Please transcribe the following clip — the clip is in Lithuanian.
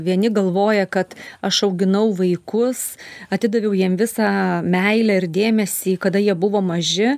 vieni galvoja kad aš auginau vaikus atidaviau jiem visą meilę ir dėmesį kada jie buvo maži